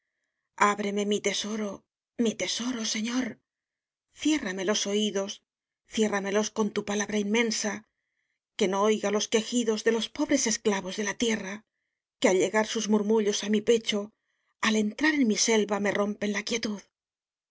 ábreme mi tesoro mi tesoro señor ciérrame los oidos ciérramelos con tu palabra inmensa que no oiga los quejidos de los pobres esclavos de la tierra que al llegar sus murmullos á mi pecho al entrar en mi selva me rompen la quietud